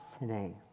today